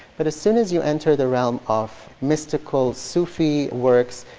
but as soon as you enter the realm of mystical sufi works,